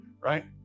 right